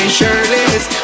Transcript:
shirtless